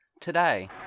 today